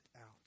out